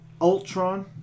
Ultron